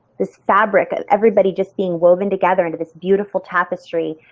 this fabric of everybody just being woven together into this beautiful tapestry,